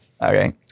Okay